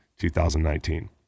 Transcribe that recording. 2019